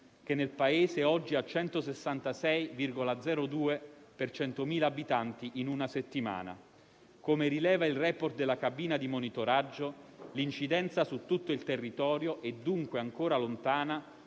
che nel Paese è oggi pari a 166,02 per 100.000 abitanti in una settimana. Come rileva il *report* della cabina di monitoraggio, l'incidenza su tutto il territorio è dunque ancora lontana